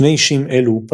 שני אישים אלו,